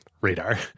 radar